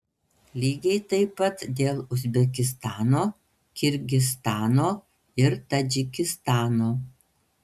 lygiai taip pat dėl uzbekistano kirgizstano ir tadžikistano